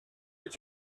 est